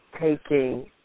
taking